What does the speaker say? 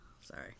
Sorry